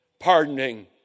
pardoning